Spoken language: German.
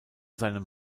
seinem